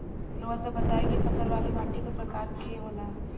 रउआ सब बताई कि फसल वाली माटी क प्रकार के होला?